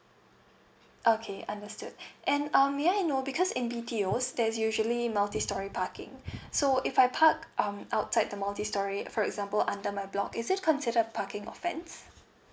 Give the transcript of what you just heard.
okay understood and um may I know because in B_T_O there's usually multistorey parking so if I park um outside the multistorey for example under my block is it considered parking offence